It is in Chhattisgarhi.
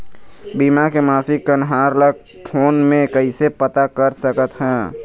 बीमा के मासिक कन्हार ला फ़ोन मे कइसे पता सकत ह?